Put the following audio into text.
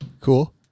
Cool